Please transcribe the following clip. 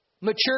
mature